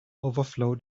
overflowed